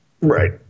Right